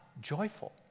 joyful